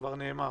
כבר נאמר.